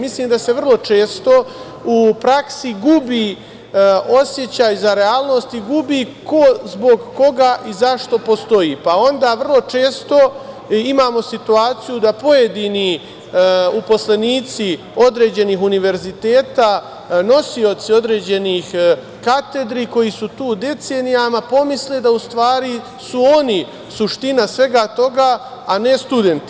Mislim da se vrlo često u praksi gubi osećaj za realnost i gubi ko zbog koga i zašto postoji, pa onda vrlo često imamo situaciju da pojedini uposlenici određenih univerziteta, nosioci određenih katedri, koji su tu decenijama, pomisle da u stvari su oni suština svega toga, a ne studenti.